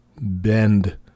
bend